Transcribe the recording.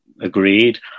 agreed